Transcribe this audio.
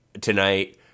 tonight